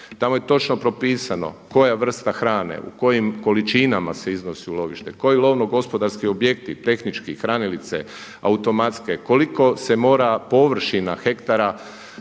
Tamo je točno propisano koja vrsta hrane u kojim količinama se iznosi u lovište, koji lovno gospodarski objekti, tehnički, hranilice, automatske, koliko se mora površina hektara